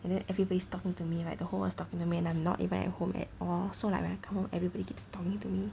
and then everybody is talking to me right the whole world was talking to me and I'm not even at home at all so like when I come home everybody keeps talking to me